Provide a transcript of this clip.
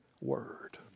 word